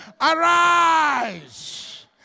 arise